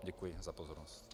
Děkuji za pozornost.